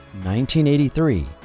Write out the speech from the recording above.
1983